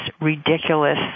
ridiculous